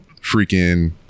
freaking